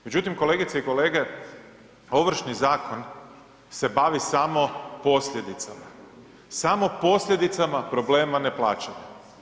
Međutim kolegice i kolege, Ovršni zakon se bavi samo posljedicama, samo posljedicama problema neplaćanja.